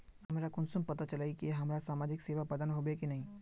हमरा कुंसम पता चला इ की हमरा समाजिक सेवा प्रदान होबे की नहीं?